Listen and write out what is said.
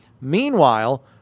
Meanwhile